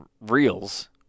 reels